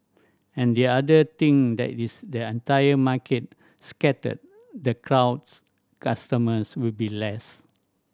and the other thing that is the entire market scattered the crowds customers will be less